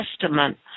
Testament